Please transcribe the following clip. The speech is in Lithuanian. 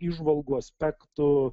įžvalgų aspektų